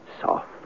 soft